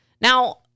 Now